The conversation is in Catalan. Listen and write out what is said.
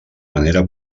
manera